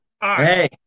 Hey